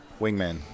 Wingman